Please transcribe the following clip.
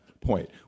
point